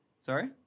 Sorry